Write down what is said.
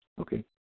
Okay